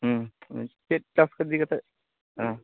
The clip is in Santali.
ᱪᱮᱫ ᱪᱟᱥ ᱠᱚ ᱤᱫᱤ ᱠᱟᱛᱮᱫ